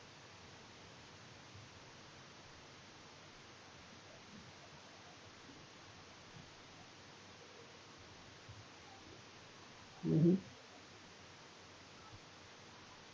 mm hmm